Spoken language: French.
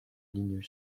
ligne